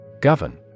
Govern